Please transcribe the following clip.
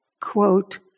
Quote